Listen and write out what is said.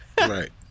Right